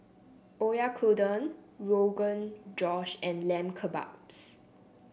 Oyakodon Rogan Josh and Lamb Kebabs